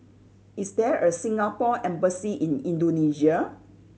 is there a Singapore Embassy in Indonesia